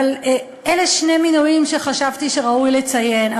אבל אלה שני מינויים שחשבתי שראוי לציין.